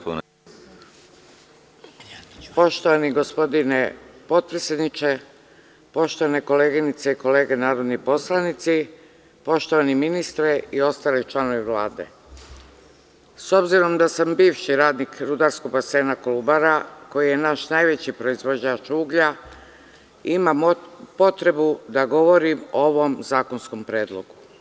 Poštovani gospodine potpredsedniče, poštovane koleginice i kolege narodni poslanici, poštovani ministre i ostali članovi Vlade, s obzirom da sam bivši radnik Rudarskog basena Kolubara, koji je naš najveći proizvođač uglja, imam potrebu da govorim o ovom zakonskom predlogu.